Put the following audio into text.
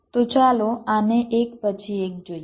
તો ચાલો આને એક પછી એક જોઈએ